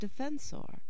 Defensor